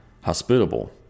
hospitable